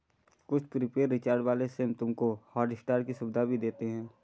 कुछ prepaid recharge वाले SIM तुमको हॉटस्टार की सुविधा भी देते हैं